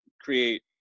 create